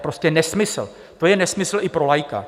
To je prostě nesmysl, to je nesmysl i pro laika.